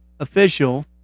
official